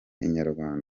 inyarwanda